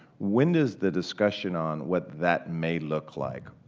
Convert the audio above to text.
when is the discussion on what that may look like,